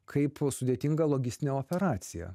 kaip sudėtinga logistinė operacija